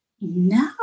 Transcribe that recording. No